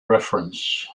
reference